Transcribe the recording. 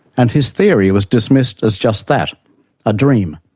and his theory was dismissed as just that a dream.